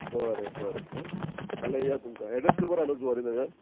बरें बरें आं फाल्यां या तुमकां एड्रेस खबर आतां जुवारी नगर